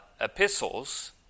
epistles